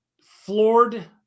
floored